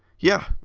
yeah,